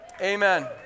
Amen